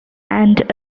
and